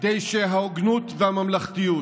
כדי שההוגנות והממלכתיות